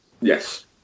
Yes